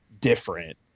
different